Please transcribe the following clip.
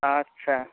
ଆଚ୍ଛା